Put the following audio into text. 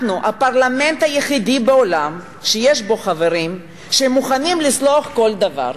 אנחנו הפרלמנט היחיד בעולם שיש בו חברים שמוכנים לסלוח על כל דבר,